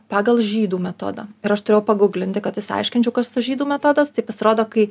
pagal žydų metodą ir aš turėjau paguglinti kad išsiaiškinčiau kas tas žydų metodas tai pasirodo kai